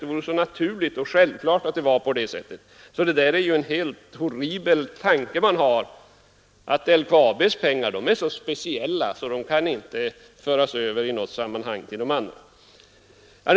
Det vore så naturligt och självklart att det var på det sättet, och det är en helt horribel tanke man har att LKAB:s pengar är så speciella att de inte i något sammanhang kan föras över till de andra företagen.